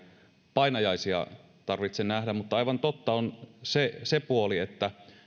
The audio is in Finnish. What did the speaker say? painajaisia tarvitse nähdä mutta aivan totta on se se puoli